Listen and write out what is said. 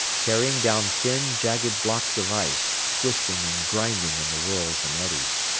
carrying down thin, jagged blocks of ice, twisting and grinding in the whirls and eddies.